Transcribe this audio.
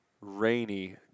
rainy